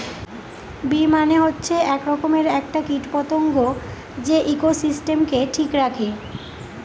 bee মানে হচ্ছে এক রকমের একটা কীট পতঙ্গ যে ইকোসিস্টেমকে ঠিক রাখে